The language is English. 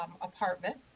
apartment